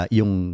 yung